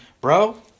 bro